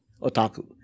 otaku